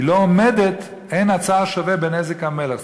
לא עומדת, אין הצר שווה בנזק המלך.